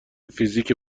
فیزیک